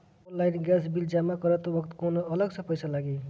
Online gas bill जमा करत वक्त कौने अलग से पईसा लागी?